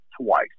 twice